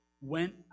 went